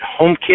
HomeKit